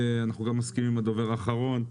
אנחנו גם מסכימים עם הדובר האחרון,